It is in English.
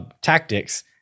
tactics